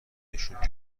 نشون